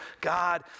God